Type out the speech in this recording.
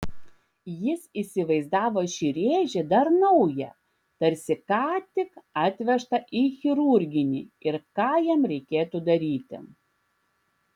jis įsivaizdavo šį rėžį dar naują tarsi ką tik atvežtą į chirurginį ir ką jam reikėtų daryti